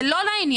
זה לא לעניין.